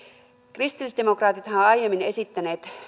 kristillisdemokraatithan ovat aiemmin esittäneet